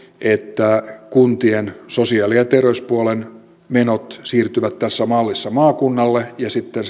että kuntien sosiaali ja ja terveyspuolen menot siirtyvät tässä mallissa maakunnalle ja sitten